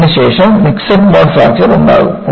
ഇതിന് ശേഷം mixed mode fracture ഉണ്ടാകും